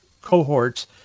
cohorts